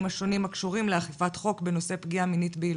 השונים הקשורים לאכיפת חוק הקשורות בתקיפה מינית בקטינים